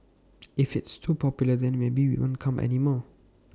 if it's too popular then maybe we won't come anymore